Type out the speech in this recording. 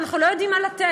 ואנחנו לא יודעים מה לתת.